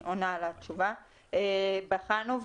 בחנו,